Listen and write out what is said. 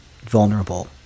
vulnerable